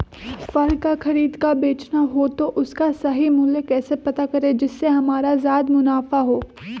फल का खरीद का बेचना हो तो उसका सही मूल्य कैसे पता करें जिससे हमारा ज्याद मुनाफा हो?